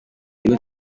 iwe